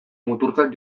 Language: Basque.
muturtzat